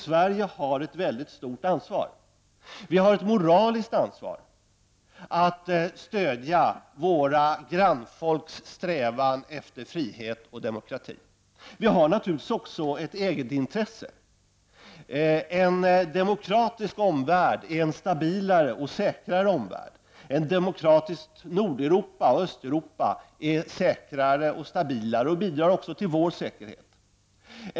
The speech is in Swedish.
Sverige har nämligen ett mycket stort ansvar. Vi har ett moraliskt ansvar att stödja våra grannfolks strävanden efter frihet och demokrati. Vi har naturligtvis också ett eget intresse. En demokratisk omvärld är en stabilare och säkrare omvärld. Ett demokratisk Nord och Östeuropa är säkrare och stabilare och bidrar också till vår säkerhet.